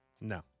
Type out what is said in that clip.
No